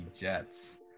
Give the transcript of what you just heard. Jets